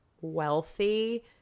wealthy